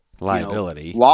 liability